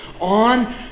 on